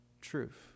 truth